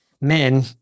men